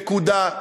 נקודה.